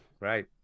Right